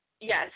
Yes